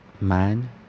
Man